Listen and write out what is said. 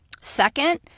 Second